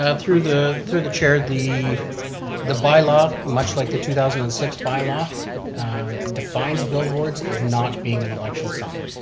ah through the through the chair, the the by-law, much like the two thousand and six by-law defines billboards as not being an election sign.